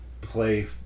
play